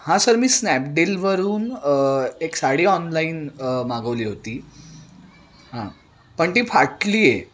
हा सर मी स्नॅपडीलवरून एक साडी ऑनलाईन मागवली होती हां पण ती फाटली आहे